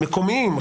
מקומיים.